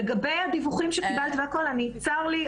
לגבי הדיווחים שקיבלת: צר לי,